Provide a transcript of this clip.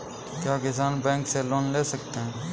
क्या किसान बैंक से लोन ले सकते हैं?